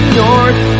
north